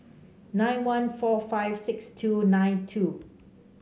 nine one four five six two nine two